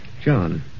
John